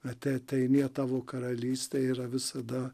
ateinie tavo karalystė yra visada